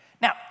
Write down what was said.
now